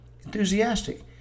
enthusiastic